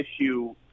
issue